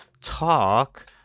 talk